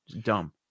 Dumb